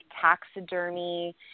taxidermy